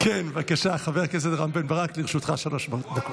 בבקשה, חבר הכנסת רם בן ברק, לרשותך שלוש דקות.